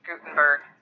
Gutenberg